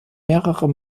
mehrere